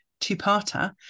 two-parter